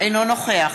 אינו נוכח